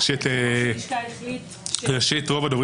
ראשית, רוב הדוברים